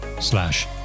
slash